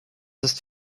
ist